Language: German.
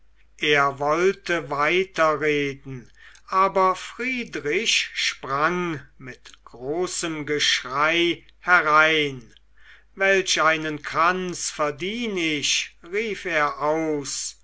er wollte weiterreden aber friedrich sprang mit großem geschrei herein welch einen kranz verdien ich rief er aus